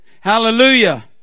Hallelujah